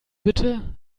bitte